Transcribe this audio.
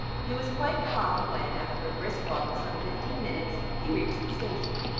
he was quite calm when, after a brisk walk of some fifteen minutes, he reached the station.